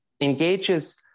engages